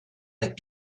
est